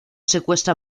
secuestra